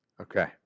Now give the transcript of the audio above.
Okay